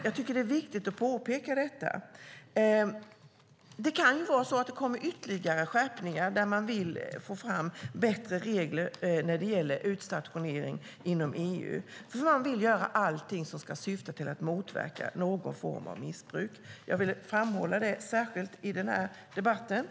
Jag tycker att det är viktigt att påpeka detta. Det kan vara så att det kommer ytterligare skärpningar för att få fram bättre regler när det gäller utstationering inom EU. Man vill göra allt som kan motverka någon form av missbruk. Jag vill framhålla det särskilt i den här debatten.